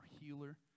healer